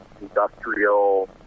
industrial